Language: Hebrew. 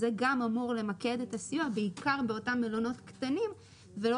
זה גם אמור למקד את הסיוע בעיקר באותם מלונות קטנים ולא